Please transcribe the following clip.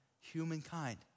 humankind